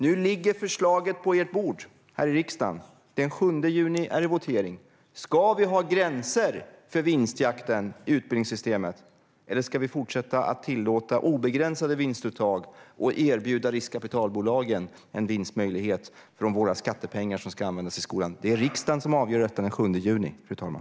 Nu ligger förslaget på ert bord här i riksdagen. Den 7 juni är det votering. Ska vi ha gränser för vinstjakten i utbildningssystemet, eller ska vi fortsätta att tillåta obegränsade vinstuttag och erbjuda riskkapitalbolagen en vinstmöjlighet med hjälp av våra skattepengar som ska användas i skolan? Det är riksdagen som avgör detta den 7 juni, fru talman.